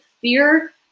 fear